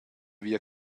via